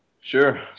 Sure